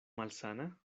malsana